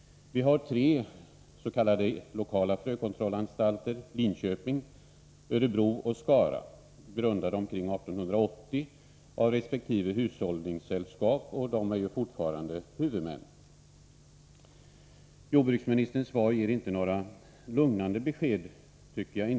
Vi har tres.k. lokala frökontrollanstalter, nämligen i Linköping, Örebro och Skara. De grundades omkring 1880 av resp. hushållningssällskap, vilka fortfarande är huvudmän. Jordbruksministerns svar ger inte några lugnande besked.